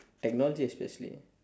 technology especially